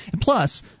Plus